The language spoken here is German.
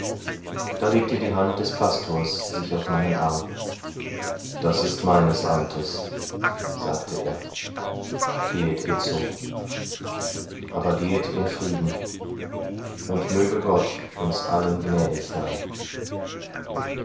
da legte die hand des pastors sich auf meinen arm das ist meines amtes sagte er gehet itzo aber gehet in frieden und möge gott uns allen gnädig sein